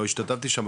לא השתתפתי שם,